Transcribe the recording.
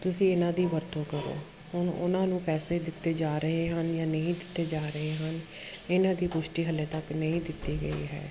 ਤੁਸੀਂ ਇਹਨਾਂ ਦੀ ਵਰਤੋਂ ਕਰੋ ਹੁਣ ਉਹਨਾਂ ਨੂੰ ਪੈਸੇ ਦਿੱਤੇ ਜਾ ਰਹੇ ਹਨ ਜਾਂ ਨਹੀਂ ਦਿੱਤੇ ਜਾ ਰਹੇ ਹਨ ਇਹਨਾਂ ਦੀ ਪੁਸ਼ਟੀ ਹਜੇ ਤੱਕ ਨਹੀਂ ਦਿੱਤੀ ਗਈ ਹੈ